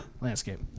landscape